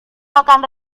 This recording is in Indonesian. akan